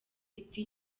iti